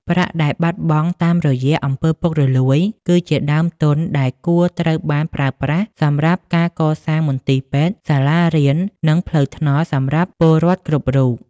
ប្រាក់ដែលបាត់បង់តាមរយៈ អំពើពុករលួយ គឺជាដើមទុនដែលគួរត្រូវបានប្រើប្រាស់សម្រាប់ការកសាងមន្ទីរពេទ្យ សាលារៀន និងផ្លូវថ្នល់សម្រាប់ពលរដ្ឋគ្រប់រូប។